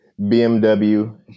BMW